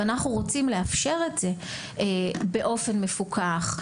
ואנחנו רוצים לאפשר את זה באופן מפוקח,